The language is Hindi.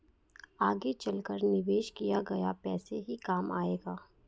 आगे चलकर निवेश किया गया पैसा ही काम आएगा